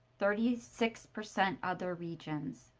thirty six percent other regions.